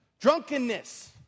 drunkenness